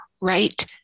Right